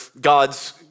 God's